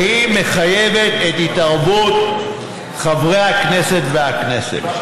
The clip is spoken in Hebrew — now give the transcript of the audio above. והיא מחייבת את התערבות חברי הכנסת והכנסת.